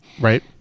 Right